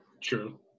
true